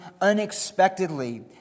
unexpectedly